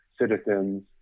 citizens